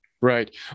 right